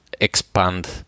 expand